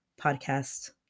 podcast